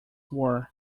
wore